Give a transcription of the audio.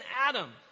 Adam